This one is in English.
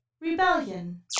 rebellion